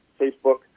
Facebook